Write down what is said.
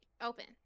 Open